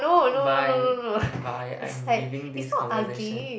bye bye I'm leaving this conversation